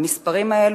המספרים האלה,